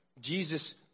Jesus